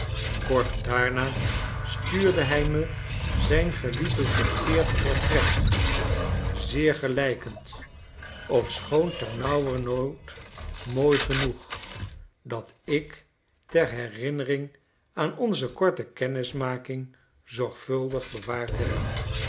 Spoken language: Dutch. kort daarna stuurde hij me zijn gelithographeerd portret zeer gelijkend ofschoon ternauwernood mooi genoeg dat ik ter herinnering aan onze korte kennismaking zorgvuldig bewaard heb